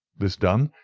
this done,